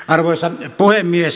arvoisa puhemies